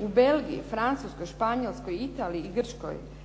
U Belgiji, Španjolskoj, Francuskoj, Italiji i Grčkoj